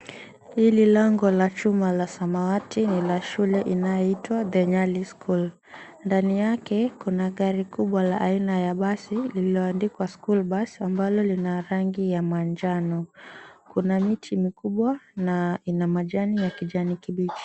Hili lango la chuma la samawati lina shule inayoitwa The Nyali School. Ndani yake kuna gari kubwa la aina ya basi lililoandikwa School bus ambalo lina rangi ya manjano. Kuna mti mkubwa na ina majani ya kijani kibichi.